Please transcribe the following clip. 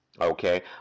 Okay